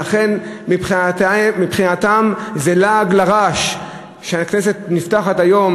לכן, מבחינתם זה לעג לרש שהכנסת נפתחת היום